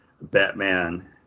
Batman